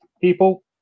people